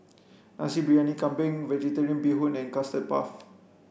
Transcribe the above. Nasi Briyani Kambing Vegetarian Bee Hoon and custard puff